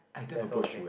that's all the gang